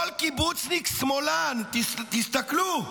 כל קיבוצניק שמאלן, תסתכלו,